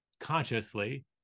consciously